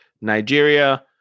Nigeria